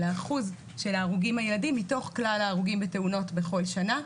לאחוז של ההרוגים הילדים מתוך כלל ההרוגים בתאונות בכל שנה.